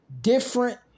different